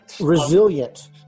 resilient